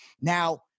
Now